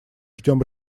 ждем